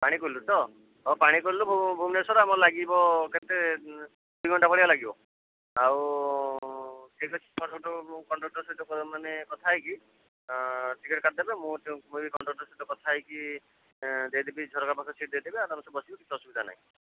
ପାଣିକୋଇଲିରୁ ତ ହଉ ପାଣିକୋଇଲିରୁ ଭୁବନେଶ୍ୱର ଆମର ଲାଗିବ କେତେ ଦୁଇ ଘଣ୍ଟା ଭଳିଆ ଲାଗିବ ଆଉ ଠିକ୍ ଅଛି କଣ୍ଡକ୍ଟର୍ ମୁଁ ମୁଁ କଣ୍ଡକ୍ଟର୍ ସହ ମାନେ କଥା ହେଇକି ଟିକେଟ୍ କାଟିଦେବେ ମୁଁ କଣ୍ଡକ୍ଟର୍ ସହିତ କଥା ହେଇକି ଦେଇଦେବି ଝରକା ପାଖ ସିଟ୍ ଦେଇଦେବି ଆରମ୍ ସେ ବସିବେ କିଛି ଅସୁବିଧା ନାହିଁ